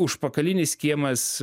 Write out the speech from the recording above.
užpakalinis kiemas